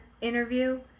interview